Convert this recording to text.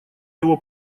его